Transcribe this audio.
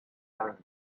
learned